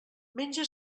menja